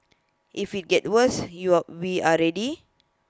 if IT gets worse you are we are ready